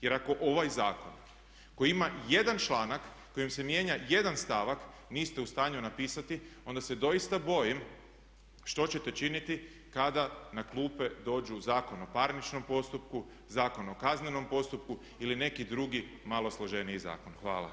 Jer ako ovaj zakon koji ima jedan članak kojim se mijenja jedan stavak niste u stanju napisati onda se doista bojim što ćete činiti kada na klupe dođu Zakon o parničnom postupku, Zakon o kaznenom postupku ili neki drugi malo složeniji zakon.